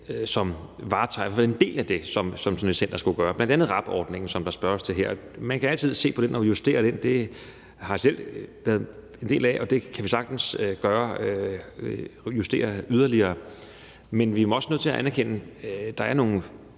som varetager i hvert fald en del af det, som sådan et center skulle gøre, bl.a. RAB-ordningen, som der spørges til her. Man kan altid se på den og justere den. Det har jeg selv været en del af, og det kan vi sagtens gøre, altså justere yderligere. Men vi er også nødt til at anerkende, at der er nogle